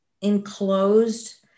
enclosed